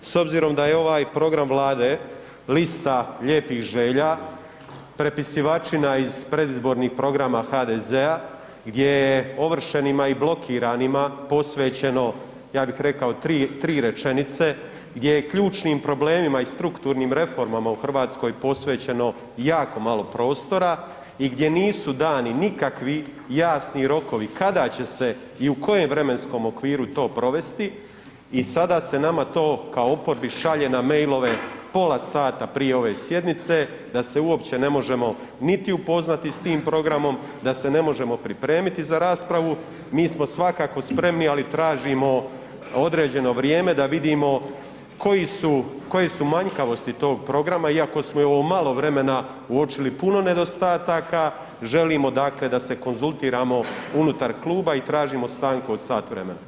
S obzirom da je ovaj program vlade lista lijepih želja, prepisivačina iz predizbornih programa HDZ-a gdje je ovršenima i blokiranima posvećeno, ja bih rekao, tri, tri rečenice, gdje je ključnim problemima i strukturnim reformama u RH posvećeno jako malo prostora i gdje nisu dani nikakvi jasni rokovi kada će se i u kojem vremenskom okviru to provesti i sada se nama to kao oporbi šalje na mailove pola sata prije ove sjednice da se uopće ne možemo niti upoznati s tim programom, da se ne možemo pripremiti za raspravu, mi smo svakako spremni, ali tražimo određeno vrijeme da vidimo koji su, koje su manjkavosti tog programa iako smo i u ovo malo vremena uočili puno nedostataka, želimo dakle da se konzultiramo unutar kluba i tražimo stanku od sat vremena.